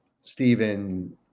Stephen